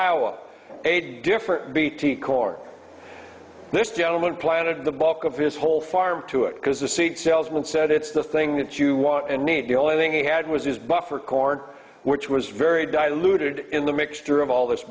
iowa a different bt corps this gentleman planted the bulk of his whole farm to it because the seed salesman said it's the thing that you want and need the only thing he had was his buffer corn which was very diluted in the mixture of all this